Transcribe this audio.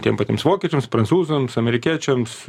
tiem patiems vokiečiams prancūzams amerikiečiams